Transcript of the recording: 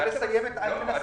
צדק